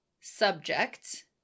subject